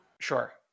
Sure